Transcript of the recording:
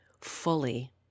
fully